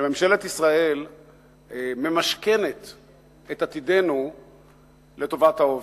שממשלת ישראל ממשכנת את עתידנו לטובת ההווה,